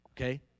Okay